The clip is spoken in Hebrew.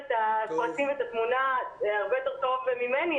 את הפרטים ואת התמונה הרבה יותר טוב ממני,